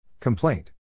Complaint